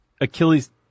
Achilles